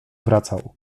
wracał